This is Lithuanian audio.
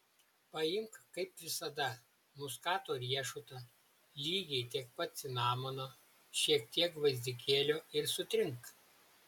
paimk kaip visada muskato riešutą lygiai tiek pat cinamono šiek tiek gvazdikėlio ir sutrink